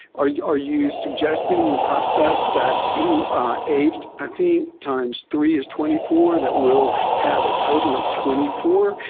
are you are you suggesting the process that eight, i think, times three is twenty four, that we'll have a total of twenty four?